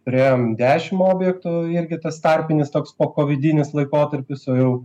turėjom dešim objektų irgi tas tarpinis toks pokovidinis laikotarpis o jau